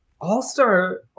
All-star